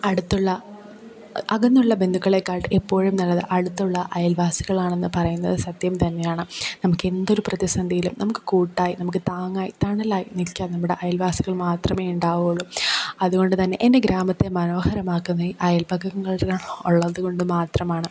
അടുത്തുള്ള അകന്നുള്ള ബന്ധുക്കളെക്കാൾ എപ്പോഴും നല്ലത് അടുത്തുള്ള അയൽവാസികളാണെന്ന് പറയുന്നത് സത്യം തന്നെയാണ് നമുക്ക് എന്തൊരു പ്രതിസന്ധിയിലും നമുക്ക് കൂട്ടായി നമുക്ക് താങ്ങായി തണലായി നിൽക്കാൻ നമ്മുടെ അയൽവാസികൾ മാത്രമേ ഉണ്ടാവുകയുള്ളു അത്കൊണ്ട് തന്നെ എൻ്റെ ഗ്രാമത്തെ മനോഹരമാക്കുന്ന ഈ അയൽപക്കങ്ങൾ ഉള്ളതുകൊണ്ട് മാത്രമാണ്